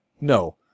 No